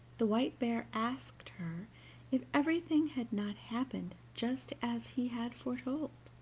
the white bear asked her if everything had not happened just as he had foretold,